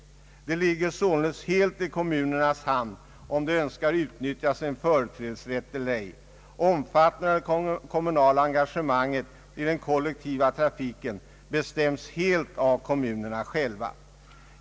Det ligger således helt i kommunernas hand om de önskar utnyttja sin företrädesrätt eller ej. Omfattningen av det kommunala engagemanget i den kollektiva trafiken bestämmes helt av kommunerna själva.